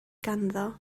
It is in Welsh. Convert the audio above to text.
ganddo